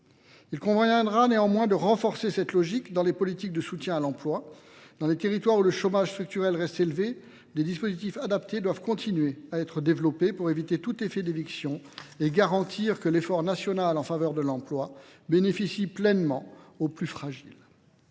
Il conviendra néanmoins de renforcer cette logique dans les politiques de soutien à l'emploi. Dans les territoires où le chômage structurel reste élevé, des dispositifs adaptés doivent continuer à être développés pour éviter tout effet d'éviction et garantir que l'effort national en faveur de l'emploi bénéficie pleinement aux plus fragiles.